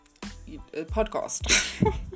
podcast